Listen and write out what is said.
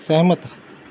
ਸਹਿਮਤ